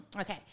Okay